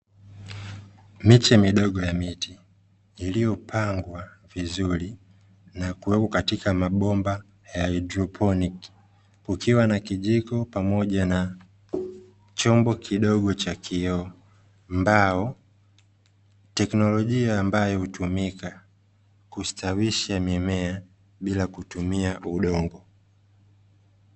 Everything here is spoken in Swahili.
Miche midogo ya miti iliyopangwa vizuri na kuwekwa katika mabomba ya haidroponiki, kukiwa na kijiko pamoja na chombo kidogo cha kioo mbao. Teknolojia ambayo hutumika kustawisha mimea bila kutumia udongo.